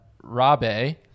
Rabe